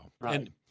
Right